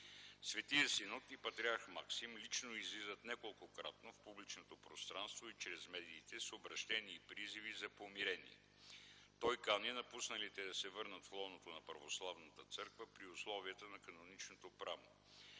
Светият Синод и патриарх Максим лично излизат неколкократно в публичното пространство и чрез медиите с обръщения и призиви за помирение. Той кани напусналите да се върнат в лоното на Православната църква при условията на каноничното право.